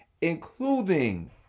including